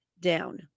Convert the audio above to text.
Down